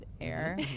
air